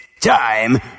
time